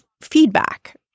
feedback